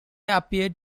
appeared